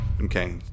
Okay